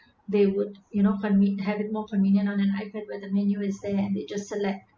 they would you know conve~ having a more convenient on an ipad where the menu is there and they just select